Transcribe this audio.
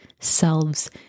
selves